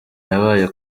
yabaye